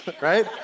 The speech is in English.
right